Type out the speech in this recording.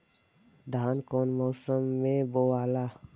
धान कौने मौसम मे बोआला?